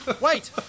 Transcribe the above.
Wait